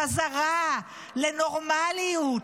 חזרה לנורמליות,